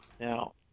Now